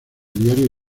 diario